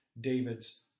David's